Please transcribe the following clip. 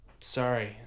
Sorry